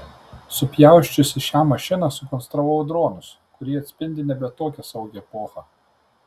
supjausčiusi šią mašiną sukonstravau dronus kurie atspindi nebe tokią saugią epochą